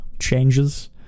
changes